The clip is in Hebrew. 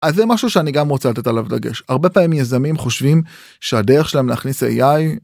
זה משהו שאני גם רוצה לתת עליו דגש. הרבה פעמים יזמים חושבים שהדרך שלהם להכניס איי איי.